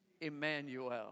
Emmanuel